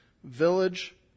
Village